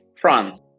France